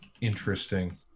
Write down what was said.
interesting